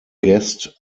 guest